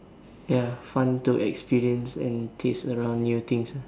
ya fun to experience and taste around new things ah